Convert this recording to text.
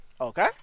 Okay